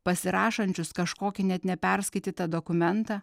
pasirašančius kažkokį net neperskaitytą dokumentą